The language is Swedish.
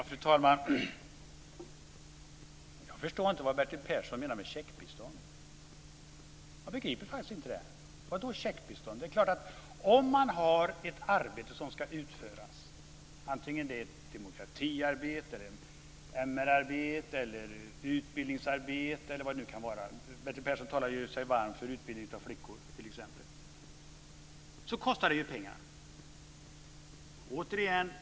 Fru talman! Jag förstår inte vad Bertil Persson menar med "checkbistånd". Jag begriper faktiskt inte det. Vadå "checkbistånd"? Om man har ett arbete som ska utföras så kostar det förstås pengar. Det kostar pengar oavsett om det är demokratiarbete, MR arbete, utbildningsarbete eller vad det nu kan vara. Bertil Persson talar ju sig varm för utbildning av flickor t.ex.